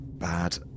Bad